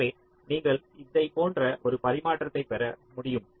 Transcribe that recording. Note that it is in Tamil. எனவே நீங்கள் இதைப் போன்ற ஒரு பரிமாற்றத்தை பெற முடியும்